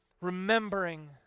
Remembering